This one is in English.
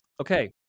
okay